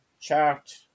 chart